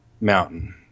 mountain